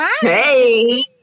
Hey